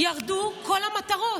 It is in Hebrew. ירדו כל המטרות,